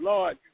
Lord